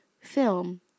film